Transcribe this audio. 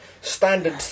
standard